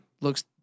looks